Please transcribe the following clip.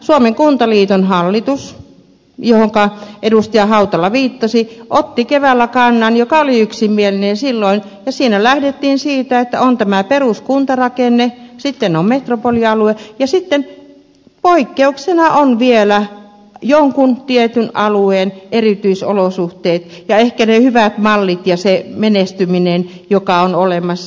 suomen kuntaliiton hallitus johonka edustaja hautala viittasi otti keväällä kannan joka oli yksimielinen silloin ja siinä lähdettiin siitä että on tämä peruskuntarakenne sitten on metropolialue ja sitten poikkeuksena on vielä jonkun tietyn alueen erityisolosuhteet ja ehkä ne hyvät mallit ja se menestyminen joka on olemassa